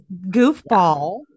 goofball